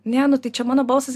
ne nu tai čia mano balsas